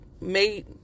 made